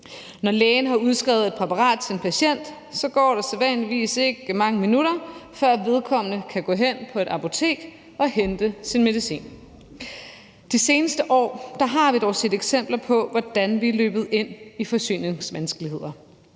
Når lægen har udskrevet et præparat til en patient, går der sædvanligvis ikke mange minutter, før vedkommende kan gå hen på et apotek og hente sin medicin. De seneste år har vi dog set eksempler på, at vi er løbet ind i forsyningsvanskeligheder.